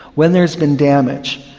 when there has been damage,